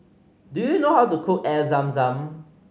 do you know how to cook Air Zam Zam